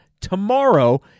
tomorrow